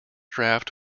draft